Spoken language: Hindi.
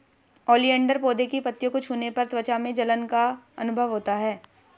ओलियंडर पौधे की पत्तियों को छूने पर त्वचा में जलन का अनुभव होता है